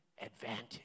advantage